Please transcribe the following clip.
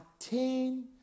attain